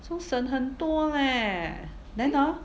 so 省很多 leh then hor